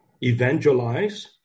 evangelize